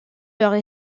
leurs